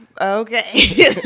Okay